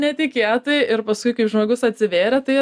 netikėtai ir paskui kai žmogus atsivėrė tai